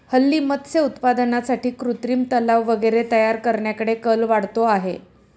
हल्ली मत्स्य उत्पादनासाठी कृत्रिम तलाव वगैरे तयार करण्याकडे कल वाढतो आहे